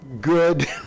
good